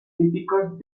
típicos